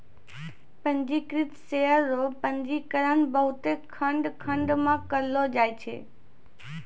पंजीकृत शेयर रो पंजीकरण बहुते खंड खंड मे करलो जाय छै